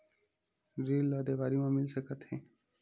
ऋण ला देवारी मा मिल सकत हे